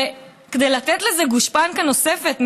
כדי לתת לזה גושפנקה נוספת,